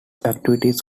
activities